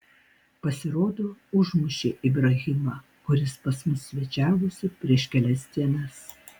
pasirodo užmušė ibrahimą kuris pas mus svečiavosi prieš kelias dienas